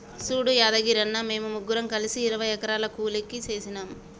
సూడు యాదగిరన్న, మేము ముగ్గురం కలిసి ఇరవై ఎకరాలు కూలికి సేసినాము